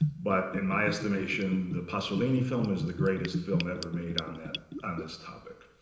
but in my estimation, the pasolini film is the greatest film ever made on that on this topic.